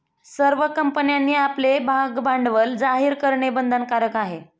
सर्व कंपन्यांनी आपले भागभांडवल जाहीर करणे बंधनकारक आहे